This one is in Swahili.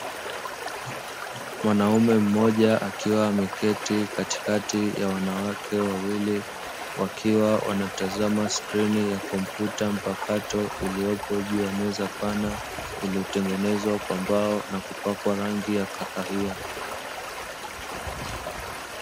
Mwanaume mmoja akiwa ameketi katikati ya wanawake wawili, wakiwa wanatazama skrini ya komputa mpakato iliyopo juu ya meza pana, iliyotengenezwa kwa mbao na kupakwa rangi ya kahawia.